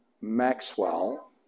Maxwell